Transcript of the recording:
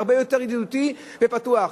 הרבה יותר ידידותי ופתוח.